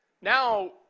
Now